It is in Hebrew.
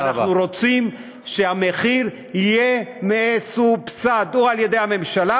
ואנחנו רוצים או שהמחיר יהיה מסובסד על-ידי הממשלה